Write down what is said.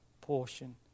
portion